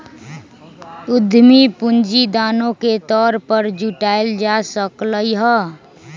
उधमी पूंजी दानो के तौर पर जुटाएल जा सकलई ह